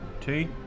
two